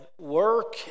work